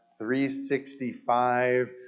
365